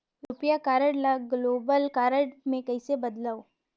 रुपिया कारड ल global card मे कइसे बदलव?